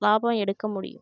லாபம் எடுக்க முடியும்